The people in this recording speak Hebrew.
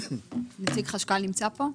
נציג חשכ"ל נמצא פה?